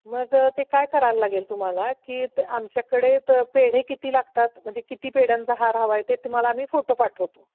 मग ते काय करायला लागेल तुम्हाला की तर आमच्याकडे तर पेढे किती लागतात म्हणजे किती पेढ्यांचा हार हवा आहे ते तुम्हाला आम्ही फोटो पाठवतो